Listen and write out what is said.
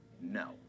No